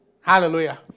Hallelujah